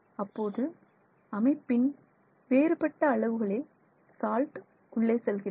அப்போது அமைப்பின் வேறுபட்ட அளவுகளில் சால்ட் உள்ளே செல்கிறது